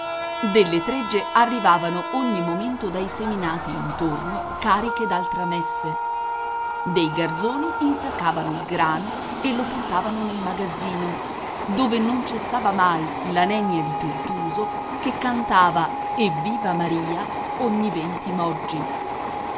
delle tregge arrivavano ogni momento dai seminati intorno cariche d'altra messe dei garzoni insaccavano il grano e lo portavano nel magazzino dove non cessava mai la nenia di pirtuso che cantava e viva maria ogni venti moggi